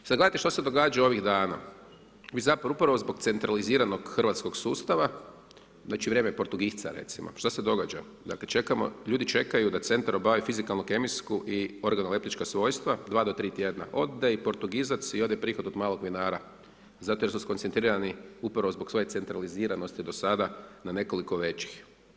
Sada gledajte što se događa ovih dana, vi zapravo upravo zbog centraliziranog hrvatskog sustava, znači vrijeme portugisca recimo, što se događa, ljudi čekaju da centar obavi fizikalnu, kemijsku i … svojstva, 2-3 tjedna ode i portugizac i ode prihod od malog vinara, zato jer su skoncentrirani, upravo zbog svoje centraliziranosti do sada na nekoliko većih.